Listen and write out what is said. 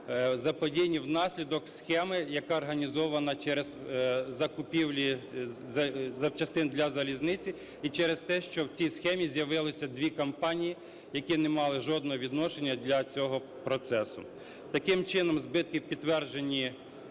заподіяні внаслідок схеми, яка організована через закупівлі запчастин для залізниці, і через те, що в цій схемі з'явилося дві компанії, які не мали жодного відношення для цього процесу. Таким чином, збитки підтверджені